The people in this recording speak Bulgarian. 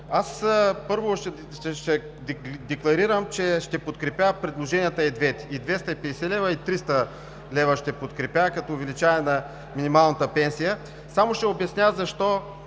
Аз, първо, ще декларирам, че ще подкрепя и двете предложенията – и 250 лв., и 300 лв. ще подкрепя като увеличаване на минималната пенсия, само ще обясня защо